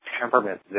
temperament